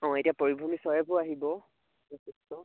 অঁ এতিয়া পৰিভ্ৰমী চৰাইবোৰো আহিব